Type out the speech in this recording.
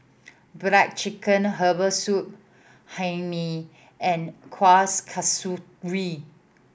black chicken herbal soup Hae Mee and Kuih Kasturi